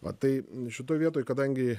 matai šitoj vietoj kadangi